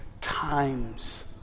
Times